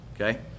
okay